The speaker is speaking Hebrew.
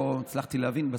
לא הצלחתי להבין,